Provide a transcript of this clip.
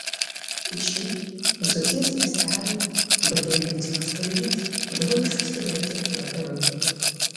į šį dzūkijos miestelį baigę medicinos studijas buvo išsiųsti dirbti jo tėvai